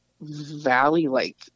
valley-like